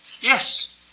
Yes